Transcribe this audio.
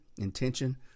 intention